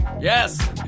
Yes